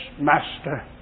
Master